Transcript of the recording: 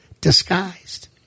disguised